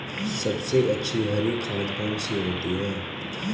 सबसे अच्छी हरी खाद कौन सी होती है?